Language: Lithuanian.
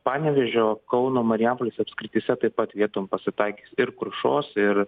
panevėžio kauno marijampolės apskrityse taip pat vietom pasitaikys ir krušos ir